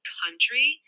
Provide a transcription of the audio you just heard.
country